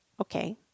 okay